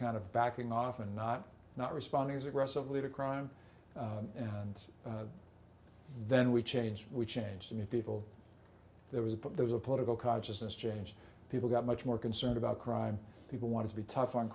kind of backing off and not not responding as aggressively to crime and then we changed we changed the people there was but there was a political consciousness change people got much more concerned about crime people want to be tough on